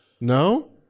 No